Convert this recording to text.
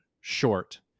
short